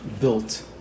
built